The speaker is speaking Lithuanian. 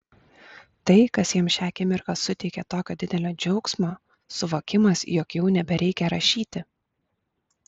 tai kas jam šią akimirką suteikia tokio didelio džiaugsmo suvokimas jog jau nebereikia rašyti